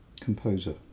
composer